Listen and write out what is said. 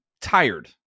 tired